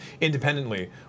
independently